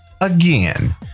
again